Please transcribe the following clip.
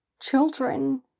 children